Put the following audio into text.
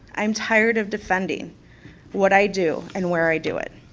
i'm tired of defending what i do and where i do it.